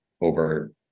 over